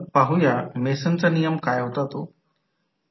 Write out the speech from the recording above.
तर N2 d ∅12 d i1 आपण M21 di1 dt लिहित आहोत जेथे M21 N2 d ∅12 d i1 आहे